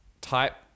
type